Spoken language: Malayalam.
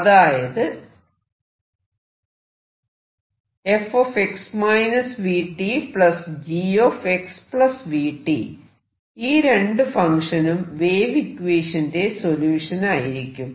അതായത് ഈ രണ്ടു ഫങ്ക്ഷനും വേവ് ഇക്വേഷന്റെ സൊല്യൂഷൻ ആയിരിക്കും